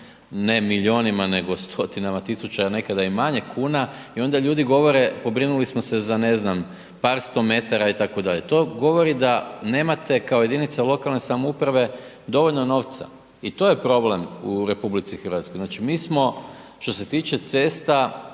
ne milijunima, nego stotinama tisuća, a nekada i manje, kuna i onda ljudi govore pobrinuli smo se za, ne znam, par sto metara itd., to govori da nemate kao jedinica lokalne samouprave dovoljno novca i to je problem u RH. Znači, mi smo što se tiče cesta